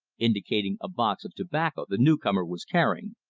indicating a box of tobacco the newcomer was carrying.